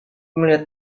melihat